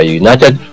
united